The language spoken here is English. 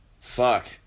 fuck